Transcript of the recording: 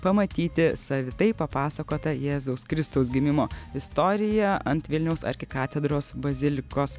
pamatyti savitai papasakotą jėzaus kristaus gimimo istoriją ant vilniaus arkikatedros bazilikos